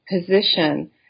position